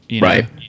Right